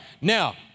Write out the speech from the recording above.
Now